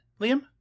Liam